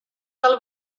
del